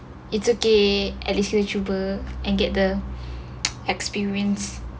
it's okay at least kita cuba and get the experience